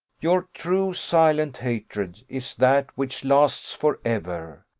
your true silent hatred is that which lasts for ever.